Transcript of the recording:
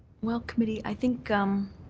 well, committee, i think um